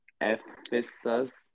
Ephesus